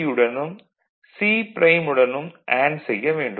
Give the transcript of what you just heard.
C உடனும் C prime உடனும் and செய்ய வேண்டும்